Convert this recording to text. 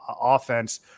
offense